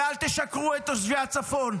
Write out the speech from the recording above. ואל תשקרו לתושבי הצפון.